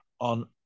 on